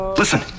Listen